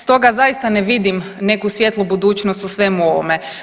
Stoga zaista ne vidim neku svijetlu budućnost u svemu ovome.